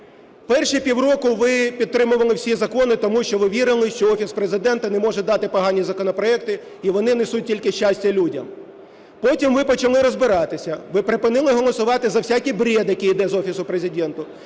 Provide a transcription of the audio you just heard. Перші півроку ви підтримували всі закони, тому що ви вірили, що Офіс Президента не може дати погані законопроекти, і вони несуть тільки щастя людям. Потім ви почали розбиратися, ви припинили голосувати за всякий брєд, який йде з Офісу Президента.